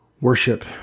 Worship